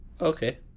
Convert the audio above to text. Okay